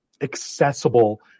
accessible